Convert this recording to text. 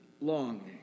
longing